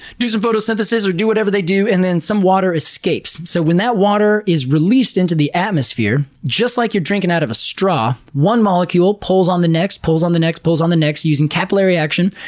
do some photosynthesis or do whatever they do, and then some water escapes. so when that water is released into the atmosphere, just like you're drinking out of a straw, one molecule pulls on the next, pulls on the next, pulls on the next, using capillary action,